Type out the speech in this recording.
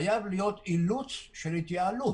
חייב להיות אילוץ של התייעלות.